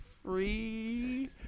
Free